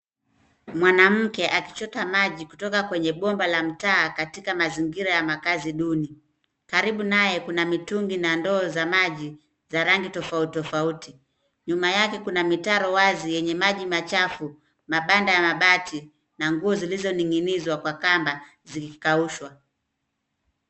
Mwanamke akichota maji kutoka kwenye bomba la mtaa katika mazingira ya makazi duni. Karibu naye kuna mitungi na ndoo za maji za rangi tofauti tofauti, nyuma yake kuna mitaro wazi yenye maji machafu, mabanda ya mabati na nguo zilizoning'inizwa kwa kamba zikikaushwa.